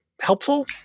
helpful